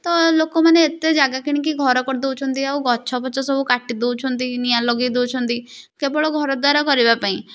ତ ଲୋକମାନେ ଏତେ ଜାଗା କିଣିକି ଘର କରି ଦେଉଛନ୍ତି ଆଉ ଗଛ ପଛ ସବୁ କାଟି ଦଉଛନ୍ତି ନିଆଁ ଲଗେଇ ଦଉଛନ୍ତି କେବଳ ଘର ଦ୍ଵାର କରିବା ପାଇଁ